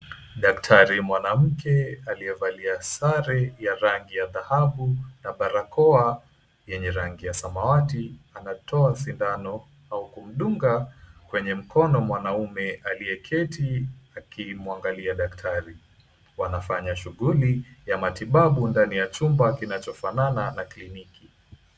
Daktari mwanamke aliyevalia sare ya rangi ya dhahabu na barakoa yenye rangi ya samawati anatoa sindano au kumdunga kwenye mkono mwanaume aliyeketi akimwangalia daktari, wanafanya shughuli ya matibabu ndani ya chumba kinachofanana na kliniki.